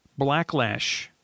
Blacklash